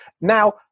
now